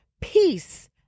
peace